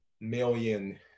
million